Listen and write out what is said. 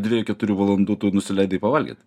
dviejų keturių valandų tu nusileidai pavalgyti